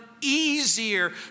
easier